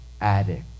addict